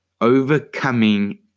Overcoming